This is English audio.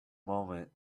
moment